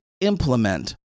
implement